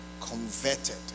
converted